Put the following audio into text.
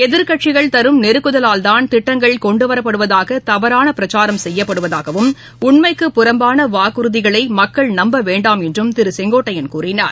எதிர்க்கட்சிகள் நெருக்குதலால்தான் திட்டங்கள் கொண்டுவரப்படுவதாகதவறானபிரச்சாரம் தரும் செய்யப்படுவதாகவும் உண்மைக்கு புறம்பானவாக்குறுதிகளைமக்கள் நம்பவேண்டாம் என்றம் திருசெங்கோட்டையன் கூறினார்